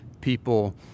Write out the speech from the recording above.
people